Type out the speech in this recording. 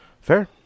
fair